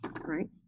right